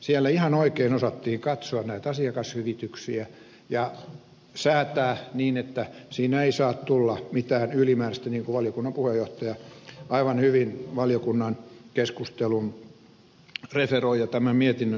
siellä ihan oikein osattiin katsoa asiakashyvityksiä ja säätää niin että siinä ei saa tulla mitään ylimääräistä niin kuin valiokunnan puheenjohtaja aivan hyvin valiokunnan keskustelun ja tämän mietinnön referoi siltä osilta